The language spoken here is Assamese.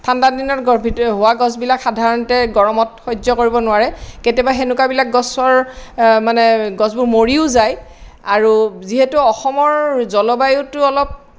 ঠাণ্ডা দিনত হোৱা গছবিলাক সাধাৰণতে গৰমত সহ্য কৰিব নোৱাৰে কেতিয়াবা সেনেকুৱা বিলাক গছৰ মানে গছবোৰ মৰিও যায় আৰু যিহেতু অসমৰ জলবায়ুটো অলপ